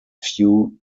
few